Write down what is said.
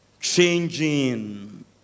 changing